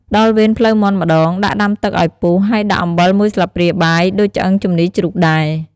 ដល់វេនភ្លៅមាន់ម្តង ដាក់ដាំទឹកឱ្យពុះហើយដាក់អំបិលមួយស្លាបព្រាបាយដូចឆ្អឹងជំនីជ្រូកដែរ។